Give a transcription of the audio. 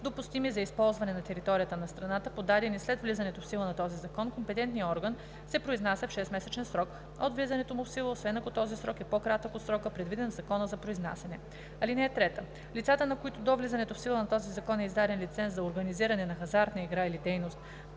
допустими за използване на територията на страната, подадени след влизането в сила на този закон, компетентният орган се произнася в 6-месечен срок от влизането му в сила, освен ако този срок е по-кратък от срока, предвиден в закона за произнасяне. (3) Лицата, на които до влизането в сила на този закон е издаден лиценз за организиране на хазартна игра или дейност